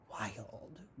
wild